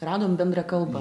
radom bendrą kalbą